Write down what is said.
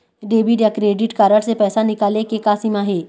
Debit या credit card से पैसा निकाले के का सीमा हे?